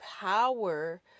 power